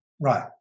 Right